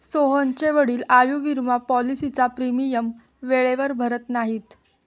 सोहनचे वडील आयुर्विमा पॉलिसीचा प्रीमियम वेळेवर भरत नाहीत